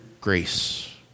grace